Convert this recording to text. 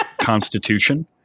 constitution